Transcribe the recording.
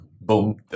boom